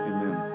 Amen